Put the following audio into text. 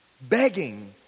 begging